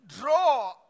Draw